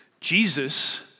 Jesus